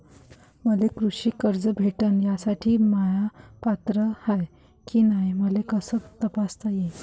मले कृषी कर्ज भेटन यासाठी म्या पात्र हाय की नाय मले कस तपासता येईन?